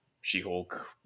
She-Hulk